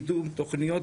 אתכם.